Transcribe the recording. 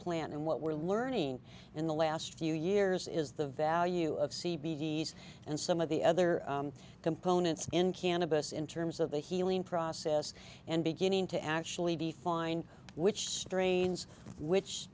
plan and what we're learning in the last few years is the value of c b s and some of the other components in cannabis in terms of the healing process and beginning to actually be fine which strains